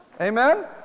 Amen